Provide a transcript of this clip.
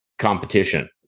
competition